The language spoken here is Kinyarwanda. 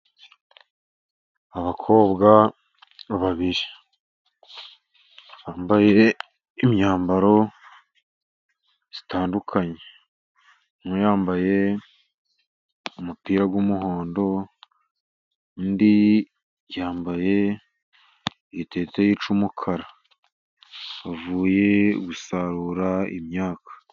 Abakobwa babiri bambaye imyambaro itandukanye, umwe yambaye umupira w'umuhondo, undi yambaye igiteteyi cy'umukara bavuye gusarura imyaka.